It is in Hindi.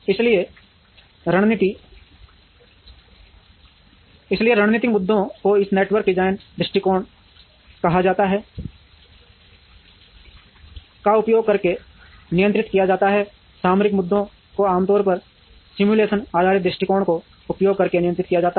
इसलिए रणनीतिक मुद्दों को एक नेटवर्क डिज़ाइन दृष्टिकोण कहा जाता है का उपयोग करके नियंत्रित किया जाता है सामरिक मुद्दों को आमतौर पर सिमुलेशन आधारित दृष्टिकोणों का उपयोग करके नियंत्रित किया जाता है